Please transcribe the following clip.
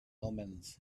omens